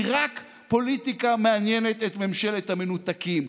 כי רק פוליטיקה מעניינת את ממשלת המנותקים,